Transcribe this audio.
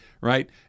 right